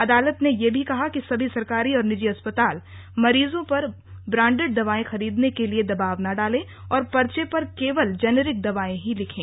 अदालत ने यह भी कहा है कि सभी सरकारी और निजी अस्पताल मरीजों पर ब्रांडेड दवायें खरीदने के लिए दवाब न डालें और पर्चे पर केवल जेनेरिक दवायें ही लिखें